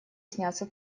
снятся